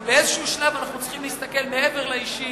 אבל באיזה שלב אנחנו צריכים להסתכל מעבר לאישי,